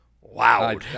wow